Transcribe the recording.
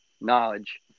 knowledge